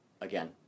again